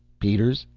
peters,